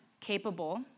capable